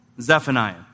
Zephaniah